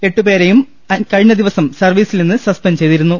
എട്ടു പേരെയും കഴിഞ്ഞ ദിവസം സർവ്വീസിൽനിന്ന് സസ്പെൻഡ് ചെയ്തിരുന്നു